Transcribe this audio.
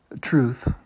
truth